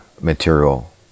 material